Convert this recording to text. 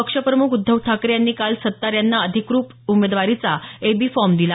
पक्षप्रमुख उध्दव ठाकरे यांनी काल सत्तार यांना अधिकृत उमेदवारीचा ए बी फॉर्म दिला